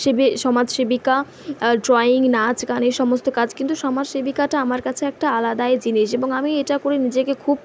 সেবি সমাজসেবিকা ড্রয়িং নাচ গান এ সমস্ত কাজ কিন্তু সমাজসেবিকাটা আমার কাছে একটা আলাদাই জিনিস এবং আমি এটা করে নিজেকে খুব